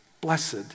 Blessed